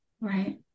Right